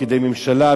פקידי ממשלה,